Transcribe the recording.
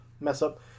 mess-up